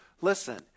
Listen